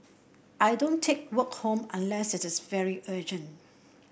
I don't take work home unless it is very urgent